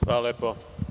Hvala lepo.